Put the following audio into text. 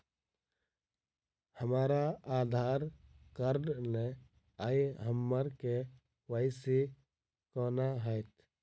हमरा आधार कार्ड नै अई हम्मर के.वाई.सी कोना हैत?